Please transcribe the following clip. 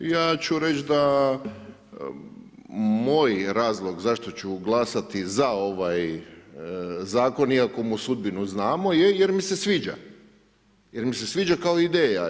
Ja ću reći da moj razlog zašto ću glasati za ovaj zakon, iako mu sudbino znamo je jer mi se sviđa, jer mi se sviđa kao ideja.